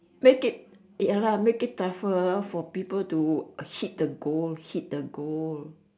make it ya lah make it tougher for people to hit the goal hit the goal